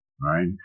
right